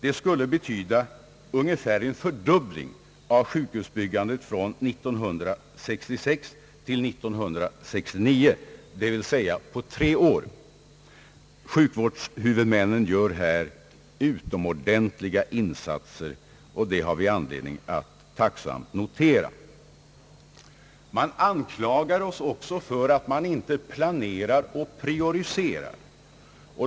Det skulle betyda ungefär en fördubbling av sjukhusbyggandet från 1966 till 1969, dvs. på tre år. Sjukvårdshuvudmännen gör här utomordentliga insatser och det har vi anledning att tacksamt notera. Man anklagar oss också för att man inte planerar och prioriterar.